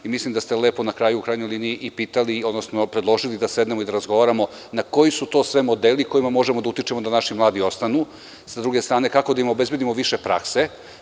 Mislim da ste lepo na kraju, u krajnjoj liniji, i pitali, odnosno predložili da sednemo i da razgovaramo koji su to sve modeli kojima možemo da utičemo da naši mladi ostani, a sa druge strane kako da im obezbedimo više prakse.